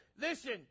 Listen